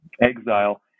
exile